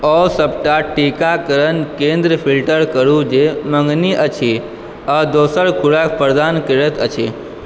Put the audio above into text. ओ सबटा टीकाकरण केन्द्र फिल्टर करू जे मँगनी अछि आओर दोसर खोराक प्रदान करैत अछि